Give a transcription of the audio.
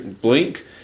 blink